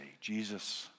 Jesus